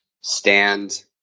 stand